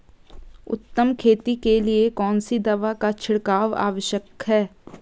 उत्तम खेती के लिए कौन सी दवा का छिड़काव आवश्यक है?